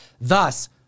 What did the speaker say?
Thus